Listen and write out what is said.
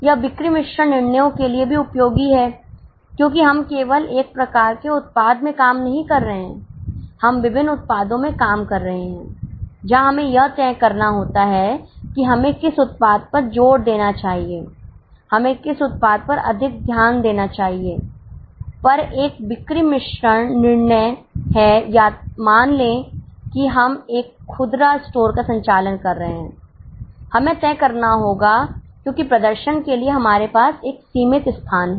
यह बिक्री मिश्रण निर्णयों के लिए भी उपयोगी है क्योंकि हम केवल एक प्रकार के उत्पाद में काम नहीं कर रहे हैं हम विभिन्न उत्पादों में काम कर रहे हैं जहां हमें यह तय करना होगा कि हमें किस उत्पाद पर जोर देना चाहिए हमें किस उत्पाद पर अधिक ध्यान देना चाहिए पर एक बिक्री मिश्रण निर्णय है या मान लें कि हम एक खुदरा स्टोर का संचालन कर रहे हैं हमें तय करना होगा क्योंकि प्रदर्शन के लिए हमारे पास एक सीमित स्थान है